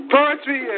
Poetry